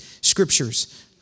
scriptures